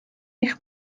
eich